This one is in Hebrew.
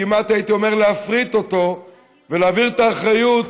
כמעט הייתי אומר להפריט אותו ולהעביר את האחריות